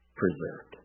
preserved